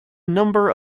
number